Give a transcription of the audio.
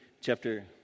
chapter